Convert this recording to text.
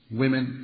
women